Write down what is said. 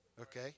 okay